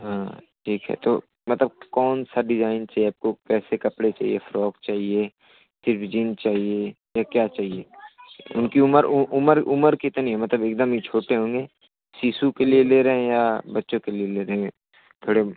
हाँ ठीक है तो मतलब कौन सा डिजाइन चाहिए आपको कैसे कपड़े चाहिए फ्रॉक चाहिए सिर्फ जींस चाहिए या क्या चाहिए उनकी उम्र उम्र उम्र कितनी है मतलब एक दम ही छोटे होंगे शिशु के लिए ले रहे हैं या बच्चों के लिए ले रहे हैं थोड़े